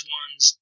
ones